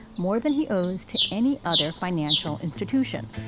more than he owes to any other financial institution.